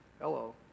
Hello